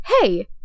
hey